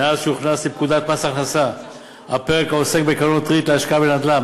מאז הוכנס לפקודת מס הכנסה הפרק העוסק בקרנות ריט להשקעה בנדל"ן,